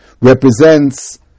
represents